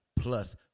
plus